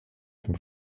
for